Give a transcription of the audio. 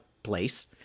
Place